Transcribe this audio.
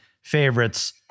favorites